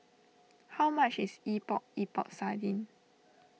how much is Epok Epok Sardin